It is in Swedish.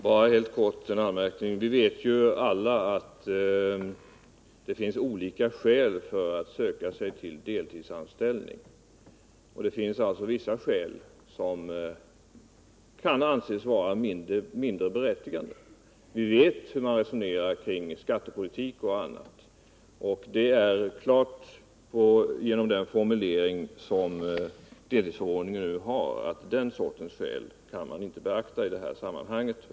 Herr talman! Bara en kort anmärkning. Vi vet alla att det finns olika skäl för att söka sig till deltidsanställning. Det finns alltså vissa skäl som kan anses vara mindre berättigade. Vi vet hur man resonerar kring skattepolitik och annat. Genom den formulering som deltidsförordningen nu har är det klart att den sortens skäl inte kan beaktas i det här sammanhanget.